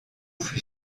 fut